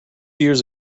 years